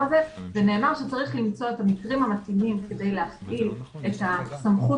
שצריך למצוא את המקרים המתאימים כדי להפעיל את הסמכות